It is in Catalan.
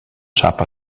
sap